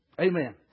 Amen